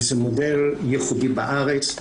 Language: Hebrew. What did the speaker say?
וזה מודל ייחודי בארץ.